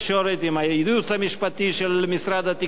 עם הייעוץ המשפטי של משרד התקשורת,